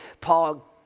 Paul